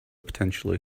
potentially